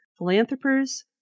Philanthropers